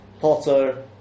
potter